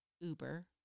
Uber